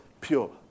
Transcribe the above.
pure